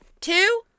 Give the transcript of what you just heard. Two